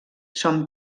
son